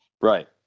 Right